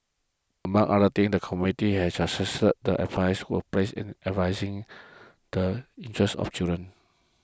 among other things the committee has suggested that emphasis will placed addressing the interests of children